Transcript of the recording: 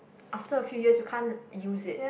after a few years you can't use it